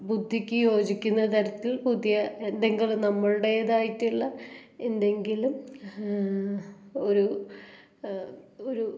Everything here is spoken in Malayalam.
ബുദ്ധിക്ക് യോജിക്കുന്ന തരത്തിൽ പുതിയ എന്തെങ്കിലും നമ്മളുടേതായിട്ടുള്ള എന്തെങ്കിലും ഒരു ഒരു